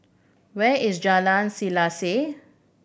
where is Jalan Selaseh